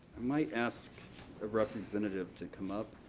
i might ask a representative to come up.